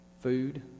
Food